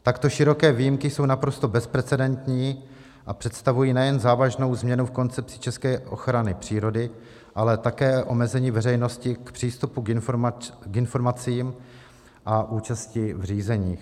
Takto široké výjimky jsou naprosto bezprecedentní a představují nejen závažnou změnu v koncepci české ochrany přírody, ale také omezení veřejnosti k přístupu k informacím a účasti v řízeních.